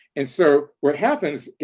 and so what happens,